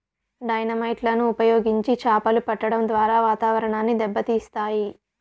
dynamite లను ఉపయోగించి చాపలు పట్టడం ద్వారా వాతావరణాన్ని దెబ్బ తీస్తాయి